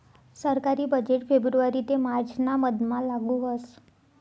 सरकारी बजेट फेब्रुवारी ते मार्च ना मधमा लागू व्हस